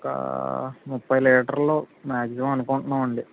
ఒక ముఫై లీటర్లు మాక్సిమం అనుకుంటున్నాం అండి